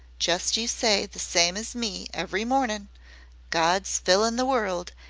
just you say the same as me every mornin' good's fillin the world,